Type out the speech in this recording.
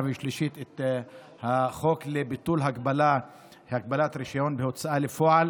ושלישית את החוק לביטול הגבלת רישיון בהוצאה לפועל,